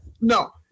No